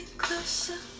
closer